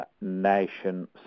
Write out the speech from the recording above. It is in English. nation